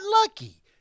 Lucky